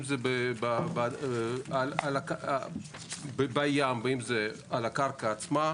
אם זה בים אם זה על הקרקע עצמה.